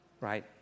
right